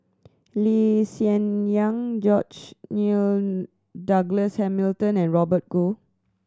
Lee Hsien Yang George Nigel Douglas Hamilton and Robert Goh